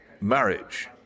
marriage